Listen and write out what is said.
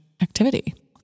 activity